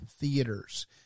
theaters